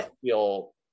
feel